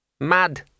Mad